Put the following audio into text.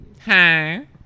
Hi